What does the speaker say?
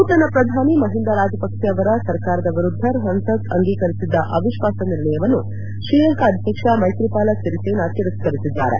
ನೂತನ ಪ್ರಧಾನಿ ಮಹಿಂದಾ ರಾಜಪಕ್ಷ ಅವರ ಸರ್ಕಾರದ ವಿರುದ್ದ ಸಂಸತ್ ಅಂಗೀಕರಿಸಿದ್ದ ಅವಿಶ್ವಾಸ ನಿರ್ಣಯವನ್ನು ಶ್ರೀಲಂಕಾ ಅಧ್ಯಕ್ಷ ಮೈತ್ರಿಪಾಲ ಸಿರಿಸೇನಾ ತಿರಸ್ಕ ರಿಸಿದ್ದಾರೆ